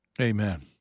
Amen